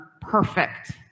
perfect